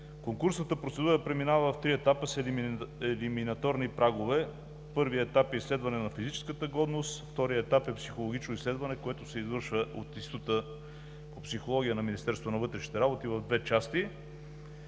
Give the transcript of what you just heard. Конкурсната процедура преминава в три етапа с елиминаторни прагове. Първият етап е изследване на физическата годност, вторият е психологично изследване, което се извършва от Института по психология на Министерството на вътрешните работи в две части,